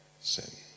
sin